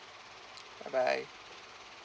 bye bye